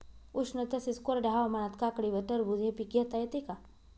उष्ण तसेच कोरड्या हवामानात काकडी व टरबूज हे पीक घेता येते का?